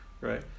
right